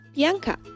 Bianca